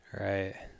Right